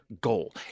goal